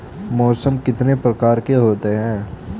मौसम कितने प्रकार के होते हैं?